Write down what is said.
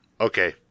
okay